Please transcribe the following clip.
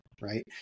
right